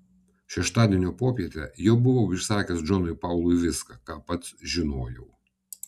šeštadienio popietę jau buvau išsakęs džonui paului viską ką pats žinojau